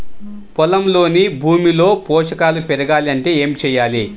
పొలంలోని భూమిలో పోషకాలు పెరగాలి అంటే ఏం చేయాలి?